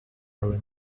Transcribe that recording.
are